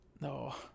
No